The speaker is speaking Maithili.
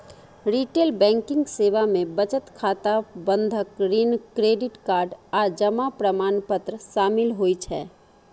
रिटेल बैंकिंग सेवा मे बचत खाता, बंधक, ऋण, क्रेडिट कार्ड आ जमा प्रमाणपत्र शामिल होइ छै